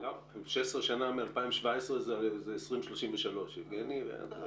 16 שנה מ-2017 זה 2033, יבגני.